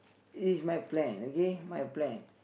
is my plan okay my plan